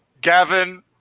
Gavin